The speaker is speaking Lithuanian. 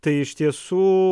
tai iš tiesų